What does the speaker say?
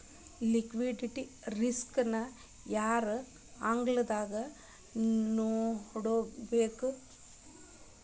Liquidity risk ನ ಯಾರ್ ಆಗ್ಲಾರ್ದಂಗ್ ನೊಡ್ಕೊಬೇಕು?